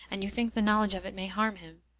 and you think the knowledge of it may harm him.